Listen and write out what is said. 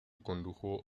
condujo